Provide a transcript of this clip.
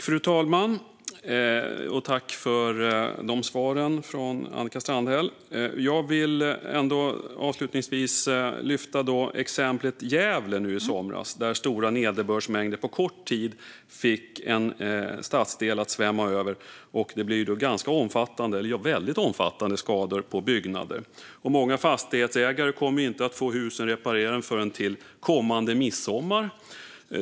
Fru talman! Tack för svaren från Annika Strandhäll! Jag vill ändå avslutningsvis lyfta exemplet Gävle i somras, där stora nederbördsmängder på kort tid fick en stadsdel att svämma över. Det blev väldigt omfattande skador på byggnader, och många fastighetsägare kommer inte att få husen reparerade förrän till kommande midsommar.